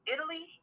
Italy